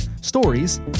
stories